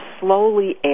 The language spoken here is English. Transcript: slowly